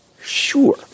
sure